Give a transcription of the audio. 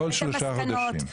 כל שלושה חודשים.